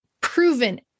proven